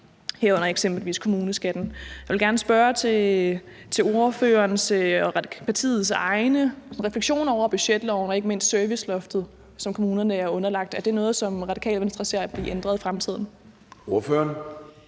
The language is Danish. herunder eksempelvis kommuneskatten. Jeg vil gerne spørge til ordførerens og Radikale Venstres refleksioner over budgetloven og ikke mindst serviceloftet, som kommunerne er underlagt. Er det noget, som Radikale Venstre ser blive ændret i fremtiden? Kl.